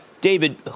David